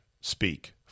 speak